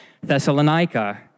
Thessalonica